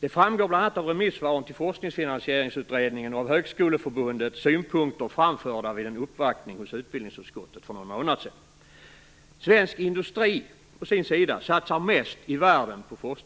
Det framgår bl.a. av remissvaren till Forskningsfinansieringsutredningen och av Högskoleförbundets synpunkter framförda vid en uppvaktning hos utbildningsutskottet för någon månad sedan. Svensk industri satsar mest i världen på FoU.